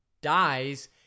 dies